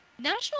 National